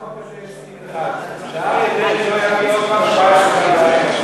בחוק הזה יש סעיף אחד: שאריה דרעי לא יביא עוד פעם 17 מנדטים.